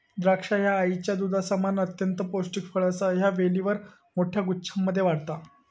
द्राक्षा ह्या आईच्या दुधासमान अत्यंत पौष्टिक फळ असा ह्या वेलीवर मोठ्या गुच्छांमध्ये वाढता